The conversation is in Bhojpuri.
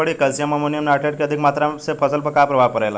कैल्शियम अमोनियम नाइट्रेट के अधिक मात्रा से फसल पर का प्रभाव परेला?